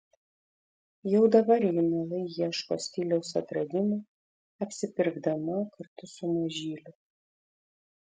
jau dabar ji mielai ieško stiliaus atradimų apsipirkdama kartu su mažyliu